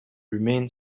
remain